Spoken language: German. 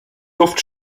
luft